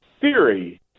theory